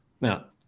Now